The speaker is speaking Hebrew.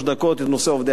את נושא עובדי הקבלן.